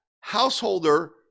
Householder